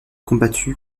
combattu